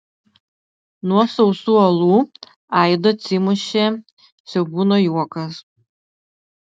nuo sausų uolų aidu atsimušė siaubūno juokas